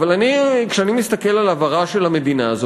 אבל כשאני מסתכל על עברה של המדינה אני